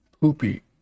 Poopy